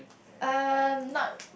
uh not